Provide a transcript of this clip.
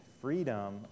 freedom